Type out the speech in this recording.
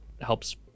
helps